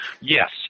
Yes